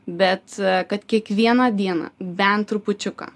bet kad kiekvieną dieną bent trupučiuką